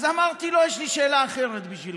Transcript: אז אמרתי לו: יש לי שאלה אחרת בשבילך: